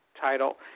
title